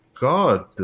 God